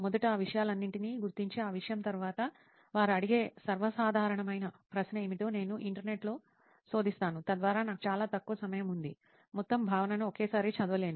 మొదట ఆ విషయాలన్నింటినీ గుర్తించి ఆ విషయం తరువాత వారు అడిగే సర్వసాధారణమైన ప్రశ్న ఏమిటో నేను ఇంటర్నెట్లో శోధిస్తాను తద్వారా నాకు చాలా తక్కువ సమయం ఉంది మొత్తం భావనను ఒకేసారి చదవలేను